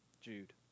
Jude